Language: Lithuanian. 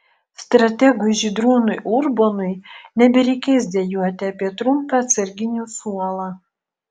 strategui žydrūnui urbonui nebereikės dejuoti apie trumpą atsarginių suolą